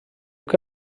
que